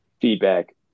feedback